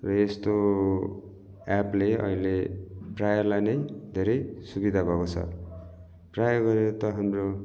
र यस्तो एप्पले अहिले प्रायःलाई नै धेरै सुबिधा भएको छ प्रायः गरेर त हाम्रो